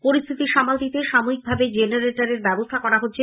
পরিস্থিতি সামাল দিতে সাময়িকভাবে জেনারেটরের ব্যবস্থা করা হচ্ছে